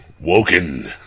Woken